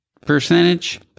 Percentage